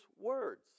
words